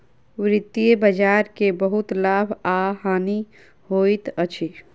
वित्तीय बजार के बहुत लाभ आ हानि होइत अछि